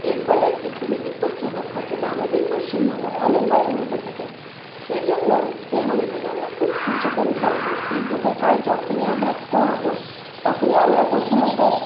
এর ফলে একটি খুবই বিপজ্জনক ঘটনা আমাদের পশ্চিমবঙ্গে অনেকবারই ঘটে থাকে সেই জন্য এগুলি থেকে আমরা খুব সচেতন থাকবো বিদ্যুতের কাজ যখনই আমরা করব তখনই আমরা প্রথমত